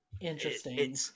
Interesting